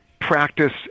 practice